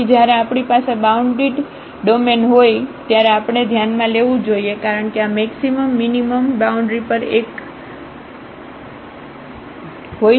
તેથી જ્યારે આપણી પાસે બાઉન્ડિડ ડોમેન હોય ત્યારે આપણે ધ્યાનમાં લેવું જોઈએ કારણ કે આ મેક્સિમમ મીનીમમ બાઉન્ડ્રી પર એકજીસ્ટ હોઈ શકે છે